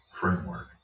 framework